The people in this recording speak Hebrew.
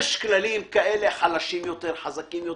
יש כללים כאלה חלשים יותר או חזקים יותר.